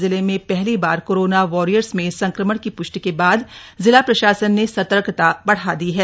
जिले में पहली बार कोरोना वारियर्स में संक्रमण की प्ष्टि के बाद जिला प्रशासन ने सतर्कता बढ़ा दी है